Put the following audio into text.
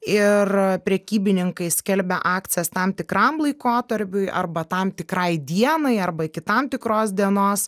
ir prekybininkai skelbia akcijas tam tikram laikotarpiui arba tam tikrai dienai arba iki tam tikros dienos